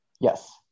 Yes